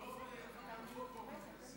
זה לא קבלנות פה.